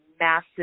massive